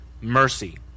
mercy